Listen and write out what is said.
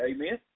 Amen